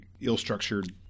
ill-structured